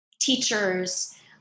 teachers